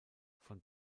von